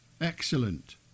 Excellent